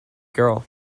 girl